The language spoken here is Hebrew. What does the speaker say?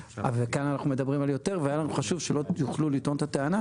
וכאן אנחנו מדברים על יותר והיה לנו חשוב שלא יוכלו לטעון את הטענה